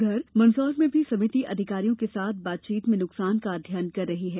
उधर मंदसौर में भी समिति अधिकारियों के साथ बातचीत में नुकसान का अध्ययन कर रही है